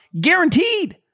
guaranteed